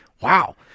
wow